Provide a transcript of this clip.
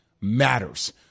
matters